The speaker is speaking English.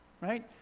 right